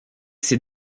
ses